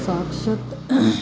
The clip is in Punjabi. ਸਾਖਸ਼ਾਤ